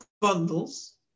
bundles